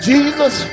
Jesus